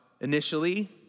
initially